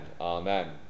Amen